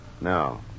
No